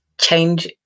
change